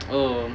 oh